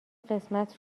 قسمت